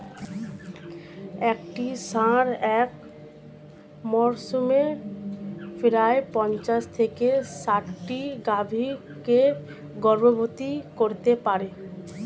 একটি ষাঁড় এক মরসুমে প্রায় পঞ্চাশ থেকে ষাটটি গাভী কে গর্ভবতী করতে পারে